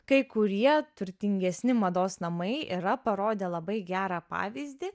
kai kurie turtingesni mados namai yra parodę labai gerą pavyzdį